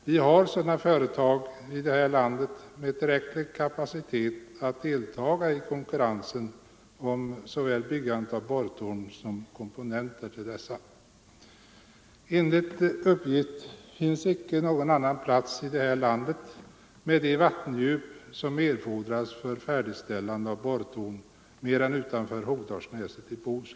Vi har i det här landet sådana företag med tillräcklig kapacitet för att kunna delta i konkurrensen om såväl byggandet Nr 131 av borrtorn som framställandet av komponenter till dessa. Enligt uppgift Fredagen den är det icke någon annan plats i vårt land än utanför Hogdalsnäset i Bo 29 november 1974 huslän där det finns ett så stort vattendjup som erfordras för färdig = ställande av borrtorn. Ang.